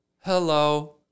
Hello